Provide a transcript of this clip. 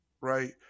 right